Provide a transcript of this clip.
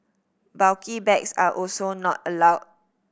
bulky bags are also not allowed